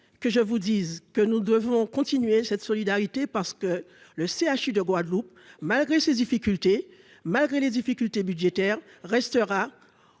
que je vous dise que nous devons continuer cette solidarité parce que le CHU de Guadeloupe. Malgré ces difficultés, malgré les difficultés budgétaires restera.